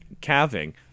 calving